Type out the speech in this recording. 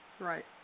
Right